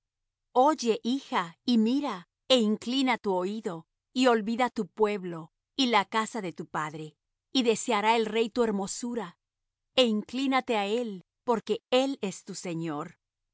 oye hija y mira é inclina tu oído y olvida tu pueblo y la casa de tu padre y deseará el rey tu hermosura e inclínate á él porque él es tu señor